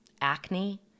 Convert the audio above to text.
acne